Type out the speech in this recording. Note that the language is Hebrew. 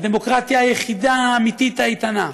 הדמוקרטיה היחידה האמיתית האיתנה,